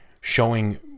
showing